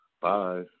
Bye